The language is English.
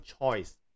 choice